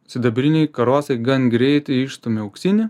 sidabriniai karosai gan greitai išstumia auksinį